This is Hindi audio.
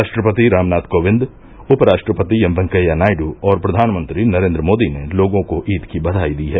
राष्ट्रपति रामनाथ कोविंद उप राष्ट्रपति एमवेंकैया नायडू और प्रधानमंत्री नरेन्द्र मोदी ने लोगों को ईद की बधाई दी है